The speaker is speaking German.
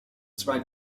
zwei